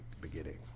beginning